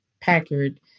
packard